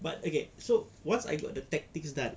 but okay so once I got the tactics done